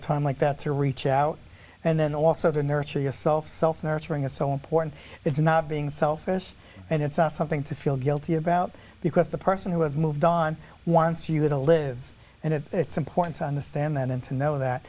a time like that to reach out and then also to nurture yourself self nurturing is so important it's not being selfish and it's not something to feel guilty about because the person who has moved on wants you to live and it's importance on the stamina to know that